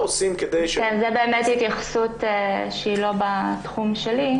זאת באמת התייחסות שהיא לא בתחום שלי.